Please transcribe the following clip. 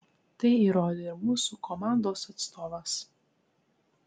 tai įrodė ir mūsų komandos atstovas